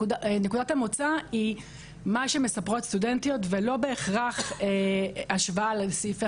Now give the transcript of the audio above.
נקודת המוצא היא מה שמספרות סטודנטיות ולא בהכרח השוואה לסעיפי